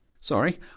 Sorry